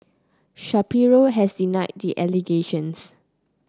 Shapiro has denied the allegations